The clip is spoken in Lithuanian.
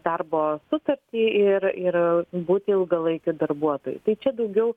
darbo sutartį ir ir būti ilgalaikiu darbuotoju tai čia daugiau